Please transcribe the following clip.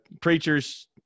preachers